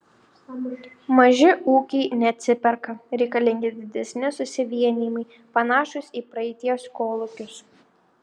maži ūkiai neatsiperka reikalingi didesni susivienijimai panašūs į praeities kolūkius